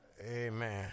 Amen